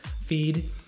feed